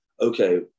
okay